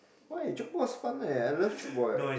why tchoukball is fun leh I love tchoukball eh